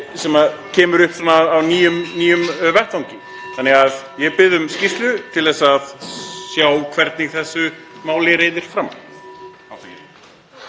sem kemur upp á nýjum vettvangi. Þannig að ég bið um skýrslu til að sjá hvernig þessu máli vindur fram.